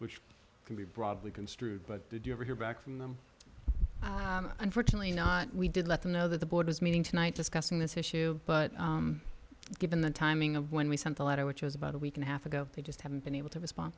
which can be broadly construed but did you ever hear back from them unfortunately not we did let them know that the board is meeting tonight discussing this issue but given the timing of when we sent a letter which was about a week and a half ago they just haven't been able to